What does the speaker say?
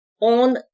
on